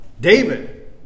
David